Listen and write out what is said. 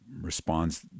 responds